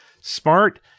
smart